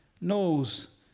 knows